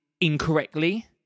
incorrectly